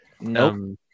No